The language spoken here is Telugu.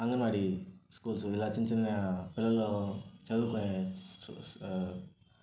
అంగన్వాడీ స్కూల్సు ఇలా చిన్న చిన్న పిల్లలు చదువుకునే సూ స్